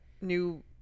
new